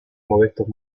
modestos